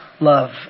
love